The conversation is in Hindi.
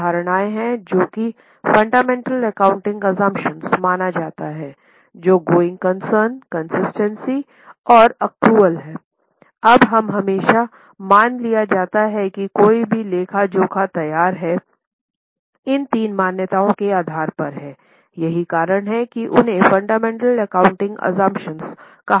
तीन धारणाएं हैं जो कि फंडामेंटल एकाउंटिंग आज़मप्शन कहा जाता है